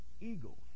eagle